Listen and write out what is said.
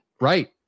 Right